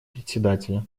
председателя